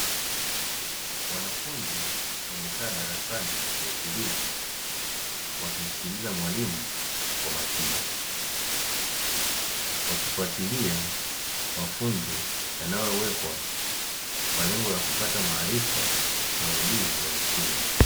Wanafunzi wamekaa darasani kwa utulivu wakimsikiliza mwalimu kwa umakini, wakifuatilia mafunzo yanayowekwa kwa lengo la kupata maarifa na ujuzi wa msingi.